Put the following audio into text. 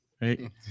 Right